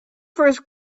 first